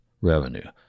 revenue